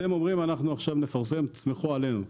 אתם אומרים: אנחנו עכשיו נפרסם, תסמכו עלינו.